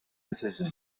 decision